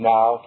Now